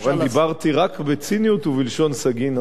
אני כמובן דיברתי רק בציניות ובלשון סגי נהור,